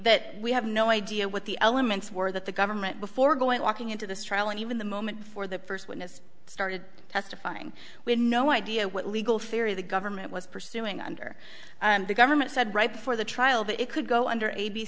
that we have no idea what the elements were that the government before going walking into this trial and even the moment before the first witness started testifying we had no idea what legal theory the government was pursuing under and the government said right before the trial that it could go under a b